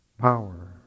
power